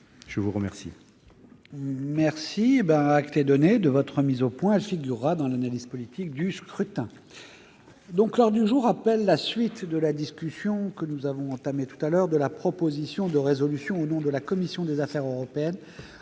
Je vous remercie